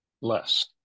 less